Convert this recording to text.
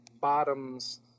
bottoms